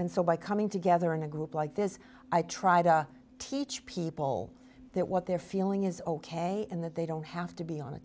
and so by coming together in a group like this i try to teach people that what they're feeling is ok and that they don't have to be on a